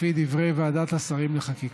לפי דברי ועדת השרים לחקיקה.